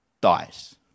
dies